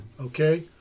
Okay